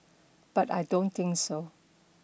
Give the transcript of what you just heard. but I don't think so